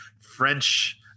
French